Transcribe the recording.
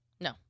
No